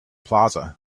plaza